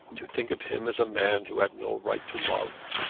to think of him as a man who had no right to love,